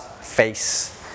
face